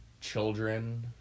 children